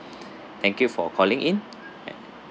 thank you for calling in and